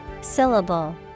Syllable